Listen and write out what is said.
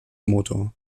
motor